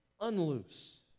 unloose